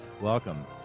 Welcome